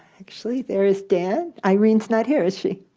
actually, there is dan. irene is not here, is she?